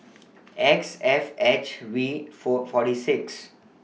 X F H V four forty six